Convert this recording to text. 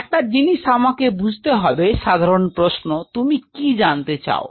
একটা জিনিষ আমাকে বুঝতে হবে সাধারণ প্রশ্ন তুমি কি জানতে চাও